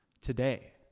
today